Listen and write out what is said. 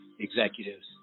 Executives